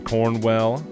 Cornwell